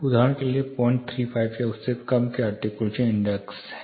उदाहरण के लिए 035 या उससे कम के आर्टिक्यूलेशन इंडेक्स है